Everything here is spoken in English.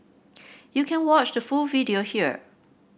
you can watch the full video here